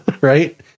Right